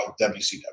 WCW